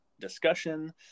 discussion